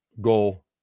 go